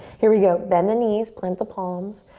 here we go. bend the knees, plant the palms.